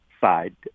side